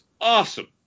awesome